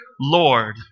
Lord